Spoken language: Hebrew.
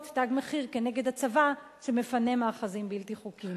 "תג מחיר" כנגד הצבא שמפנה מאחזים בלתי חוקיים.